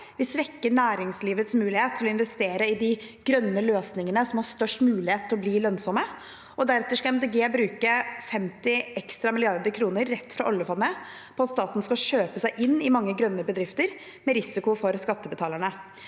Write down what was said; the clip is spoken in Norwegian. vil svekke næringslivets mulighet til å investere i de grønne løsningene som har størst mulighet til å bli lønnsomme. Deretter skal Miljøpartiet De Grønne bruke 50 mrd. kr ekstra rett fra oljefondet på at staten skal kjøpe seg inn i mange grønne bedrifter, med risiko for skattebetalerne.